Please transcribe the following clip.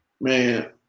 Man